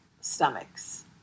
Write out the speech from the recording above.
stomachs